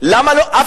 הממשלה